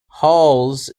halls